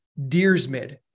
Deersmid